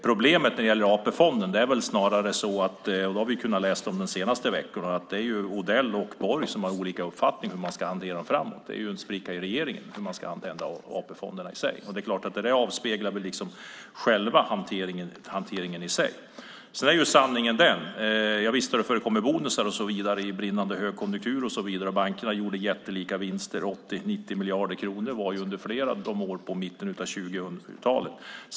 Problemet när det gäller AP-fonderna är snarare, och det har vi kunnat läsa om de senaste veckorna, att Odell och Borg har olika uppfattningar om hur man ska hantera dem framåt. Det är en spricka i regeringen när det gäller hur man ska använda AP-fonderna, och det avspeglar väl själva hanteringen. Visst har det förekommit bonusar i brinnande högkonjunktur. Bankerna gjorde jättelika vinster, 80-90 miljarder kronor, under flera år i mitten av 2000-talet.